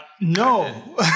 No